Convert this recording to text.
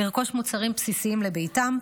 לרכוש מוצרים בסיסיים לביתן.